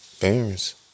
parents